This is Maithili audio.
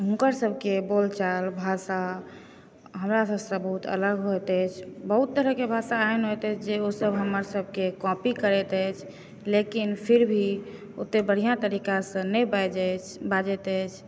हुनकर सभके बोलचाल भाषा हमरा सभसँ बहुत अलग होइत अछि बहुत तरहके भाषा एहन होइत अछि जे ओ सब हमर सभके कॉपी करैत अछि लेकिन फिर भी ओतेक बढ़िआँ तरीकासँ नहि बाजैछ बाजैत अछि